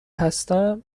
هستم